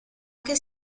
che